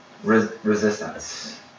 Resistance